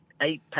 eight